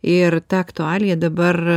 ir ta aktualija dabar